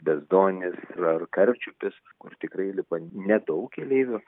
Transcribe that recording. bezdonys ar karčiupis kur tikrai lipa nedaug keleivių